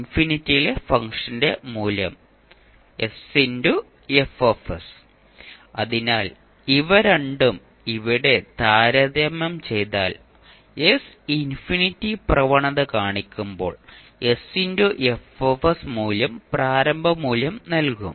ഇൻഫിനിറ്റിയിലെ ഫംഗ്ഷന്റെ മൂല്യം അതിനാൽ ഇവ രണ്ടും ഇവിടെ താരതമ്യം ചെയ്താൽ s ഇൻഫിനിറ്റി പ്രവണത കാണിക്കുമ്പോൾ മൂല്യം പ്രാരംഭ മൂല്യം നൽകും